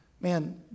man